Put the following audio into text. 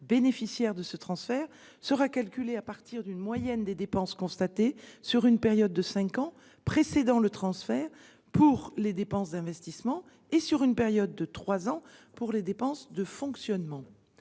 bénéficiaires du transfert sera calculé à partir d'une moyenne des dépenses constatées sur une période de cinq ans précédant le transfert, pour les dépenses d'investissement, et sur une période de trois ans, pour les dépenses de fonctionnement.